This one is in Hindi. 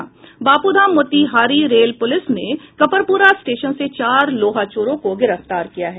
बाप्धाम मोतिहारी रेल पुलिस ने कपरपुरा स्टेशन से चार लोहा चोरों को गिरफ्तार किया है